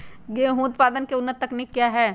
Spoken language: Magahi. गेंहू उत्पादन की उन्नत तकनीक क्या है?